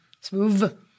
Smooth